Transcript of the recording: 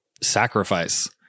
sacrifice